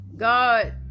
God